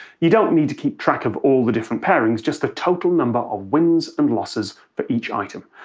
you don't need to keep track of all the different pairings just the total number of wins and losses for each item.